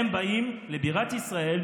הם באים לבירת ישראל,